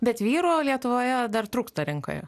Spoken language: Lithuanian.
bet vyrų lietuvoje dar trūksta rinkoje